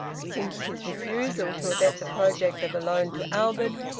since his refusal to abet the project of a loan to albert,